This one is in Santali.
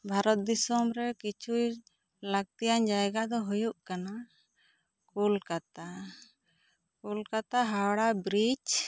ᱵᱷᱟᱨᱚᱛ ᱫᱤᱥᱚᱢ ᱨᱮ ᱠᱤᱪᱷᱩ ᱞᱟᱹᱠᱛᱤᱭᱟᱱ ᱡᱟᱭᱜᱟ ᱫᱚ ᱦᱩᱭᱩᱜ ᱠᱟᱱᱟ ᱠᱳᱞᱠᱟᱛᱟ ᱠᱳᱞᱠᱟᱛᱟ ᱦᱟᱣᱲᱟ ᱵᱨᱤᱡᱽ